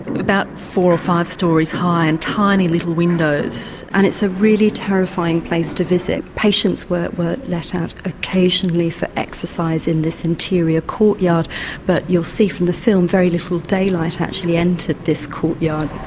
about four or five stories high and tiny little windows. and it's a really terrifying place to visit, patients were were let out occasionally for exercise in this interior courtyard but you'll see from the film very little daylight actually entered this courtyard.